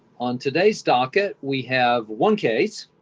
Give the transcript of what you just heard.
on today's docket we have one case,